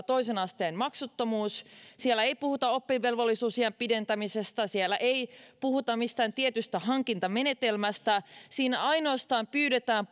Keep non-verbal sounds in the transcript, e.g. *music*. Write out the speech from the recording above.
*unintelligible* toisen asteen maksuttomuus siellä ei puhuta oppivelvollisuusiän pidentämisestä siellä ei puhuta mistään tietystä hankintamenetelmästä siinä ainoastaan pyydetään *unintelligible*